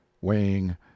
weighing